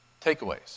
Takeaways